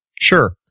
Sure